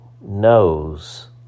knows